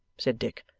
said dick.